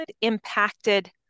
impacted